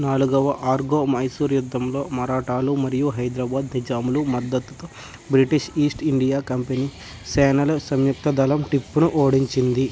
నాలుగవ ఆర్గో మైసూర్ యుద్ధంలో మరాఠాలు మరియు హైదరబాద్ నిజాం మద్దతుతో బ్రిటిష్ ఈస్ట్ ఇండియా కంపెనీ సేనల సంయుక్త దళం టిప్పును ఓడించింది